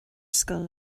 scoil